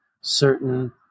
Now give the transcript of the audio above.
certain